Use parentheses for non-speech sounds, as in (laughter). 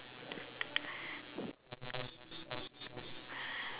(laughs)